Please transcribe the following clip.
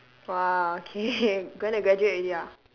!wah! okay going to graduate already ah